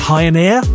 pioneer